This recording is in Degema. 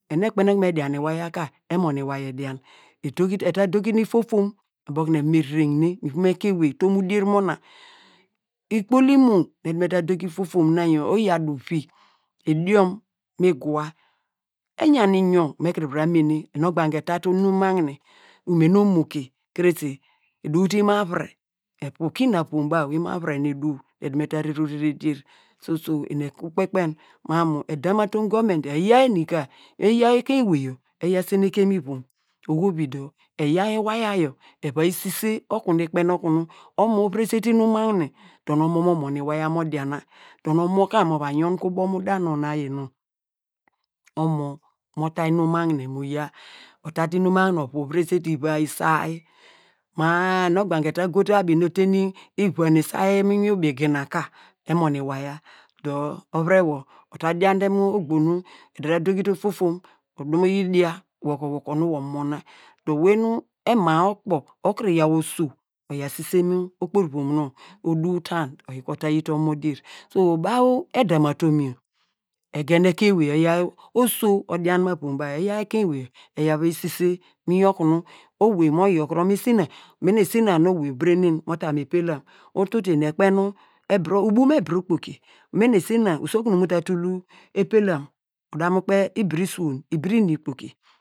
Enu ekpeinȳ okunu me dian iwaya ka emon iwaya edian edogi, eta dogin nu ifofom abo okunu on me reregne mu ivom ekein ewey, utom udier mona ikpol imo nu ede ta dogi ifofom na yor oyi adu ivi, idion nu mi giva eyan inyor nu me kum va ta menene enunu ogbange eta inum magne umene omo ke krese eduw te imo avire, evo ku mu avom baw, imo avire nu eduwu mi ede ta rere orere dier, sosow eni ekuru kpekpen mam mu eyi yaw eni ka, eyi yaw ekein ewey yor eya seneke mu ivom oho vi eyaw iwaya yor eva yi sise oku nu ikpein okunu omo ovirese inum magne dor omo mo mon iwaya mo diana, dor nu omo ka mo va yonke mu da nonw nu ayi nonw, omo mo ta inum magne mo yia, otu te inum magne ovu oviresete ivi, isay ma dor enu ogbange eta go te abi nu ite iva mi isay mu inwin ubi gina ka emon iwaya, dor ovire wor ota diande mo ogbo nu ota dogite ofofon ode va yi dia do okunu wor mu mona, dor owey nu ema okpor okunu yaw oso oyan sise mu okporivom nonw, oduw ta, oyi ka oyite omo dier baw edam mu atum yor egen ekein ewey yor oso odian mu avom baw eyaw ekein ewey eyaw vayi sise mu inwin okunu owei mo yo kuro mu esina, mina esina nu owei obirenen mo tam mu epekam, ututu eni ekpen ebire, ubum ebire okpoki, mina esina usokun mo ta tul lu epelam uda mu kpe ibire isuwon nu ibire ini okpoki